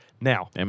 Now